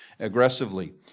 aggressively